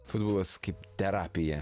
futbolas kaip terapija